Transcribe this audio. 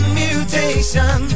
mutation